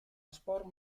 esport